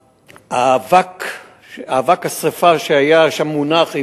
אבק השרפה שהיה שם מונח,